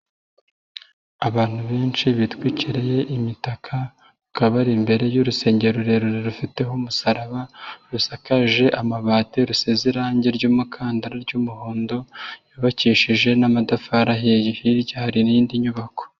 Abantu benshi bitwikiriye imitaka bakaba bari imbere y'urusengero rurerure rufiteho umusaraba, rusakaje amabati, rusize irangi ry'umukandara ry'umuhondo yubakishije n'amatafari ahiye, hirya hari n'indi nyubako.